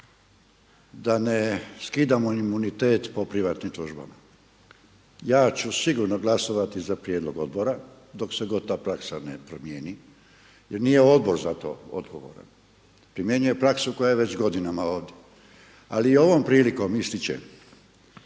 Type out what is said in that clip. da ne skidamo imunitet po privatnim tužbama. Ja ću sigurno glasovati za prijedlog odbora dok se god ta praksa ne promijeni jer nije odbor za to odgovoran, primjenjuje praksu koja je već godinama. Ali ovom prilikom ističem